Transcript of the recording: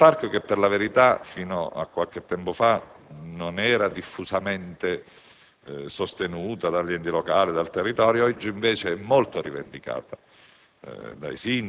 L'istituzione del Parco, che, per la verità, fino a qualche tempo fa non era diffusamente sostenuta dagli enti locali e dal territorio, oggi invece è molto rivendicata